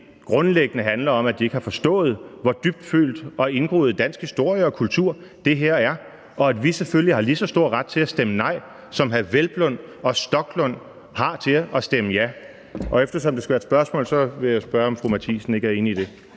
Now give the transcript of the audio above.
grundlæggende handler om, at de ikke har forstået, hvor dybtfølt og indgroet dansk historie og kultur det her er, og at vi selvfølgelig har lige så stor ret til at stemme nej, som hr. Peder Hvelplund og Rasmus Stoklund har til at stemme ja. Eftersom det skal være et spørgsmål, vil jeg spørge, om fru Mette Thiesen ikke er enig i det.